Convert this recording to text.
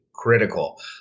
critical